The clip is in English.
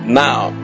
now